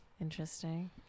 interesting